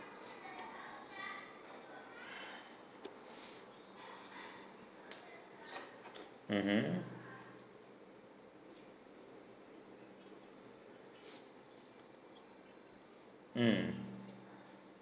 mmhmm mm